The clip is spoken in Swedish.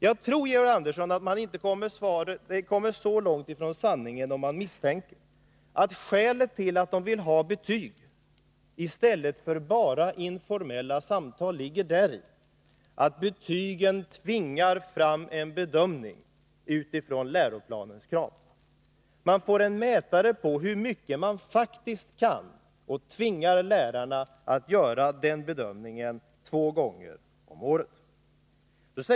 Jag tror, Georg Andersson, att man inte kommer så långt från sanningen om man misstänker att skälet till att de vill ha betyg i stället för bara informella samtal ligger däri att betygen tvingar fram en bedömning utifrån läroplanens krav. Man får en mätare på hur mycket man faktiskt kan och tvingar lärarna att göra den bedömningen två gånger om året.